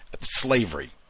slavery